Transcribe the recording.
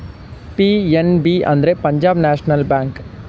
PNB ಅಂದ್ರೆ Punjab National bank